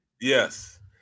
Yes